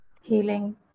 healing